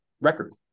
record